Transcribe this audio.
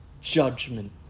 judgment